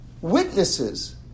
witnesses